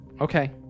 Okay